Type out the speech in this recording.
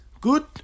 Good